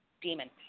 demon